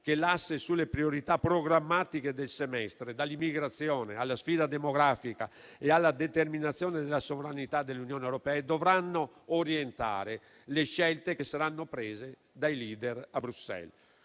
che l'asse sulle priorità programmatiche del semestre, dall'immigrazione alla sfida demografica e alla determinazione della sovranità dell'Unione europea, dovranno orientare le scelte che saranno prese dai *leader* a Bruxelles.